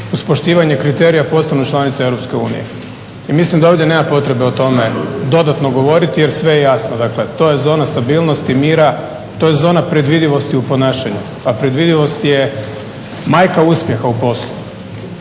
uz poštivanje kriterija postanu članice Europske unije i mislim da ovdje nema potrebe o tome dodatno govoriti jer sve je jasno, dakle to je zona stabilnosti, mira, to je zona predvidivosti u ponašanju, a predvidivost je majka uspjeha u poslu.